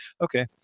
Okay